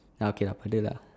ah okay puddle lah